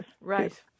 Right